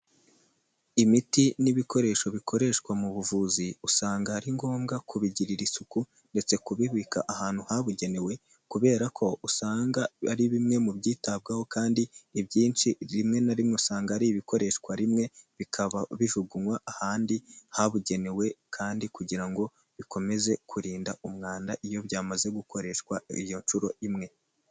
Imiti n'ibikoresho bikoreshwa mu buvuzi usanga ari ngombwa kubigirira isuku ndetse kubibika ahantu habugenewe, kubera ko usanga ari bimwe mu byitabwaho kandi ibyinshi rimwe na rimwe usanga ari ibikoreshwa rimwe bikaba bijugunywa ahandi habugenewe kandi kugira ngo bikomeze kurinda umwanda, iyo byamaze gukoreshwa iyo nshuro imwe.